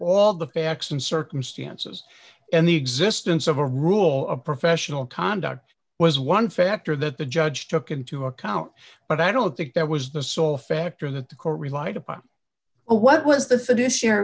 all the facts and circumstances and the existence of a rule of professional conduct was one factor that the judge took into account but i don't think that was the sole factor that the court relied upon what was the satish